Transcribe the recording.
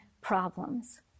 problems